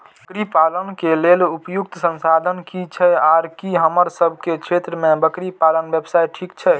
बकरी पालन के लेल उपयुक्त संसाधन की छै आर की हमर सब के क्षेत्र में बकरी पालन व्यवसाय ठीक छै?